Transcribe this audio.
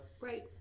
right